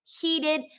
heated